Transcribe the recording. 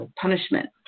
Punishment